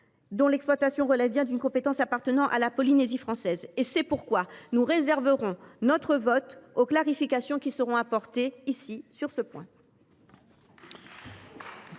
dont l’exploitation relève bien d’une compétence appartenant à la Polynésie française ? Nous réserverons notre vote aux clarifications qui seront apportées ici sur ce point.